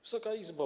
Wysoka Izbo!